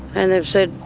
and they said,